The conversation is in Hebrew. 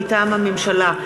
מטעם הממשלה: